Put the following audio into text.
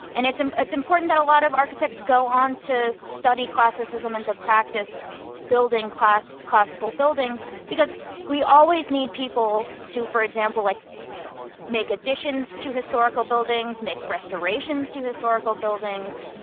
and and it's important that a lot of architects go on to study classicism and to practice building classical classical buildings. because we always need people to, for example, like make additions to historical buildings, make restorations to historical buildings,